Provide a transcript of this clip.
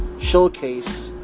showcase